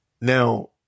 now